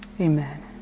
amen